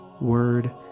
word